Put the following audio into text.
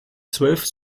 zwölf